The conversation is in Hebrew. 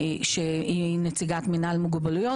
נציגת מינהל מוגבלויות.